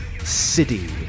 city